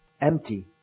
empty